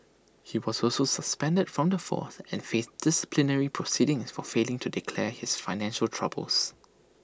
he was also suspended from the force and faced disciplinary proceedings for failing to declare his financial troubles